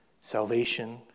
salvation